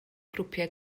grwpiau